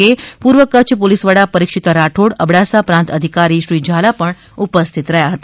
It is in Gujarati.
કે પુર્વ કચ્છ પોલીસવડા પરીક્ષિતા રાઠોડ અબડાસા પ્રાંત અધિકારી શ્રી ઝાલા પણ ઉપસ્થિત રહ્યા હતા